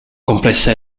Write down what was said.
compresso